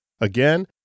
Again